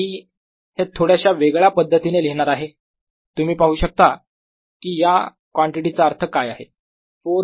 मी हे थोड्याशा वेगळ्या पद्धतीने लिहिणार आहे तुम्ही पाहू शकता की या कॉन्टिटी चा अर्थ काय आहे 4πε0